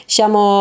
Siamo